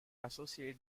associate